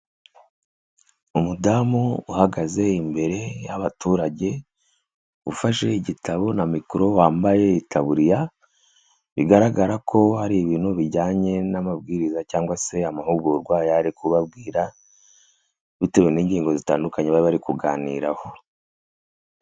Umudamu uhagaze imbere y'abaturage, ufashe igitabo na mikoro, wambaye itaburiya; bigaragara ko hari ibintu bijyanye n'amabwiriza cyangwa se amahugurwa yari ari kubabwira, bitewe n'ingingo zitandukanye bari bari kuganiraho.